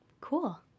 Cool